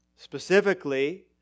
Specifically